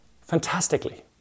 fantastically